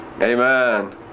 Amen